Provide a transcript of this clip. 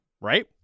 right